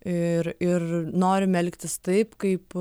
ir ir norime elgtis taip kaip